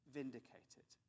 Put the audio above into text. vindicated